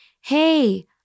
Hey